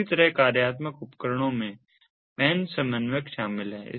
पूरी तरह कार्यात्मक उपकरणों में PAN समन्वयक शामिल हैं